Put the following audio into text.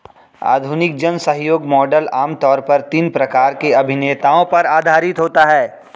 आधुनिक जनसहयोग मॉडल आम तौर पर तीन प्रकार के अभिनेताओं पर आधारित होता है